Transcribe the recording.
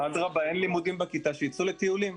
אדרבה, אין לימודים בכיתה, שיצאו לטיולים.